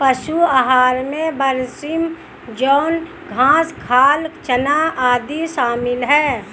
पशु आहार में बरसीम जौं घास खाल चना आदि शामिल है